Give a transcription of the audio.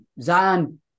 Zion